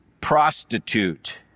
prostitute